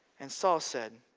and saul said,